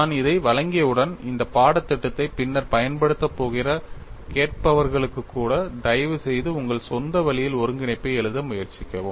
நான் இதை வழங்கியவுடன் இந்த பாடத்திட்டத்தை பின்னர் பயன்படுத்தப் போகிற கேட்பவர்களுக்கு கூட தயவுசெய்து உங்கள் சொந்த வழியில் ஒருங்கிணைப்பை எழுத முயற்சிக்கவும்